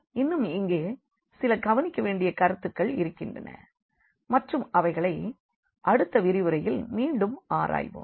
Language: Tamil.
இன்னும் இங்கே சில கவனிக்க வேண்டிய கருத்துகள் இருக்கின்றன மற்றும் அவைகளை அடுத்த விரிவுரையில் மீண்டும் ஆராய்வோம்